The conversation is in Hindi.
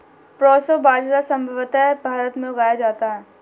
प्रोसो बाजरा संभवत भारत में उगाया जाता है